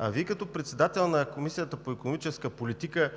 Вие като председател на Комисията по икономическа политика